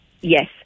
Yes